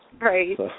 right